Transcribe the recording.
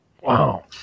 Wow